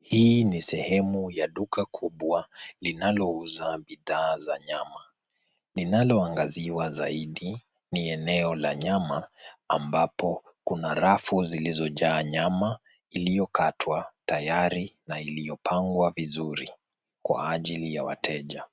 Hii ni sehemu ya duka kubwa linalouza bidhaa za nyama linaloangaziwa zaidi ni eneo la nyama ambapo kuna rafu zilizojaa nyama iliyokatwa tayari na iliyopangwa vizuri kwa ajili ya wateja.